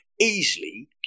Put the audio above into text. easily